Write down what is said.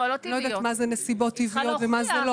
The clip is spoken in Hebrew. לא יודעת מה זה נסיבות טבעיות ומה זה לא,